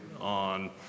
on